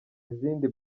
izindi